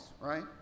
right